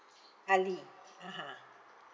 ali (uh huh)